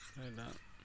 ସେଟା